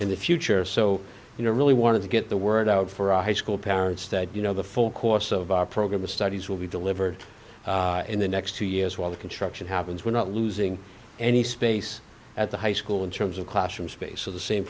in the future so you know i really wanted to get the word out for our high school parents that you know the full course of our program the studies will be delivered in the next two years while the construction happens we're not losing any space at the high school in terms of classroom space so the same